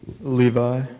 Levi